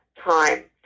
time